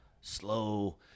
slow